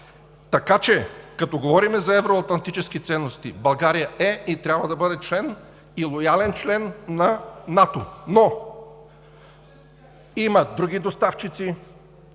Така че като говорим за евроатлантически ценности, България е и трябва да бъде член и лоялен член на НАТО, но има и други доставчици.